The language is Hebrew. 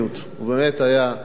באמת היה יפהפה,